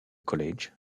college